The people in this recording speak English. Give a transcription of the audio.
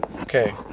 okay